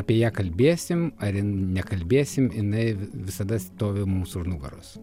apie ją kalbėsim ar nekalbėsim jinai visada stovi mūsų nugaros